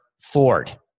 Ford